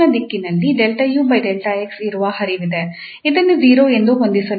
ಇದನ್ನು 0 ಎಂದು ಹೊಂದಿಸಲಾಗಿದೆ